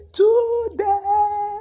today